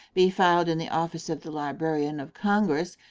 be filed in the office of the librarian of congress,